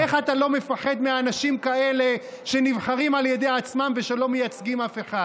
איך אתה לא מפחד מאנשים כאלה שנבחרים על ידי עצמם ושלא מייצגים אף אחד?